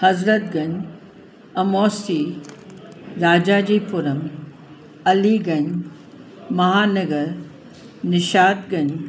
Hazratganj Amausi Rajajipuram Aliganj Mahanagar Nishatganj